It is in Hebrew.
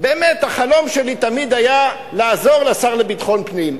באמת החלום שלי תמיד היה לעזור לשר לביטחון פנים.